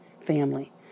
family